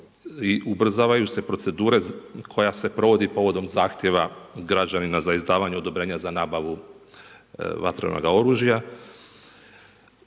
ubrzavaju se procedure koja se provodi povodom zahtjeva građanina za izdavanje odobrenja za nabavu vatrenoga oružja.